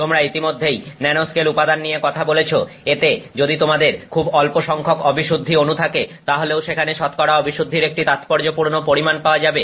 তোমরা ইতিমধ্যেই nano scale উপাদান নিয়ে কথা বলেছ এতে যদি তোমাদের খুব অল্প সংখ্যক অবিশুদ্ধ অনু থাকে তাহলেও সেখানে শতকরা অবিশুদ্ধির একটি তাৎপর্যপূর্ণ পরিমাণ পাওয়া যাবে